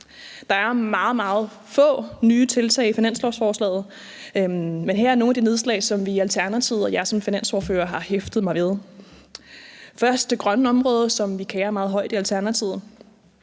meget, meget få nye tiltag i finanslovsforslaget, men her er nogle af de nedslag, som vi i Alternativet og jeg som finansordfører har hæftet mig ved. Først er der det grønne område, som vi kerer os meget om i Alternativet.